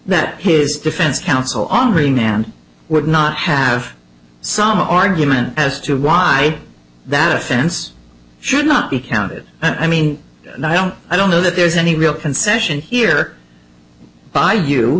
that his defense counsel armoring and would not have some argument as to why that offense should not be counted i mean i don't i don't know that there's any real concession here by